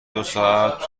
دوساعت